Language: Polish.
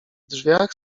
drzwiach